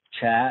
chat